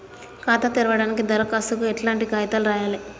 ఖాతా తెరవడానికి దరఖాస్తుకు ఎట్లాంటి కాయితాలు రాయాలే?